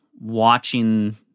watching